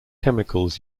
chemicals